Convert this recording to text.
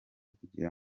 kugira